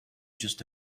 just